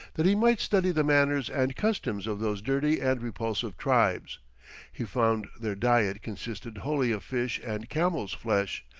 that he might study the manners and customs of those dirty and repulsive tribes he found their diet consisted wholly of fish and camels' flesh.